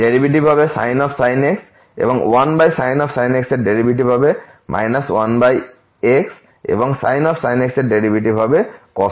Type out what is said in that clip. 1sin x এর derivative হবে 1x এবং in x এর ডেরিভেটিভ হবে cos x